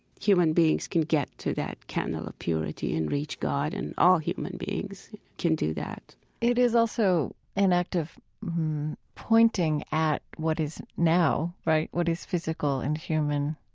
human beings can get to that candle of purity and reach god, and all human beings can do that it is also an act of pointing at what is now, right? what is physical and human,